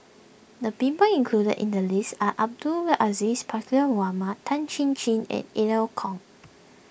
the people included in the list are Abdul Aziz Pakkeer Mohamed Tan Chin Chin and Eu Kong